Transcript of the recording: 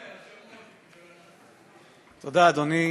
תודה, אדוני.